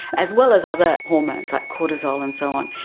as well as other hormones like cortisol and so on.